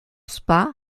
spa